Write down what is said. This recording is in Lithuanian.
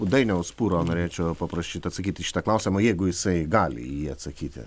dainiaus pūro norėčiau paprašyt atsakyt į šitą klausimą jeigu jisai gali į jį atsakyti